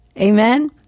Amen